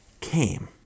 came